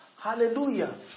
Hallelujah